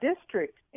district